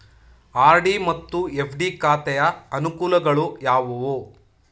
RD ಮತ್ತು FD ಖಾತೆಯ ಅನುಕೂಲಗಳು ಯಾವುವು?